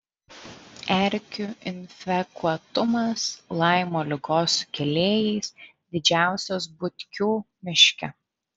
erkių infekuotumas laimo ligos sukėlėjais didžiausias butkių miške